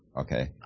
Okay